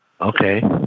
Okay